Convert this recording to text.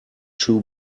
shoe